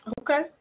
Okay